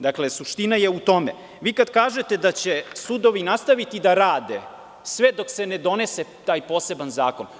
Dakle, suština je u tome – vi kada kažete da će sudovi nastaviti da rade sve dok se ne donese taj poseban zakon.